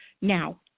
now